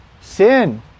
sin